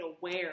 aware